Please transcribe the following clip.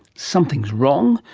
something is wrong,